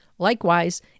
Likewise